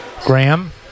Graham